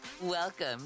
Welcome